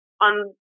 on